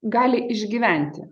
gali išgyventi